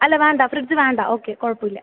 അല്ല വേണ്ട ഫ്രിഡ്ജ് വേണ്ട ഓക്കെ കുഴപ്പം ഇല്ല